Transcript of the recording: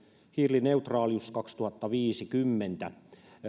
hiilineutraalius kaksituhattaviisikymmentä